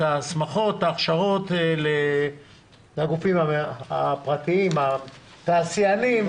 ההכשרות לגופים הפרטיים, לתעשיינים.